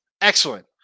excellent